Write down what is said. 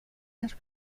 las